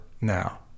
now